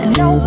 no